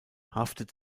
haftet